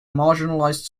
marginalized